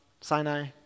Sinai